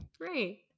Great